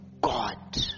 God